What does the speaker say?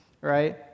right